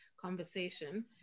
conversation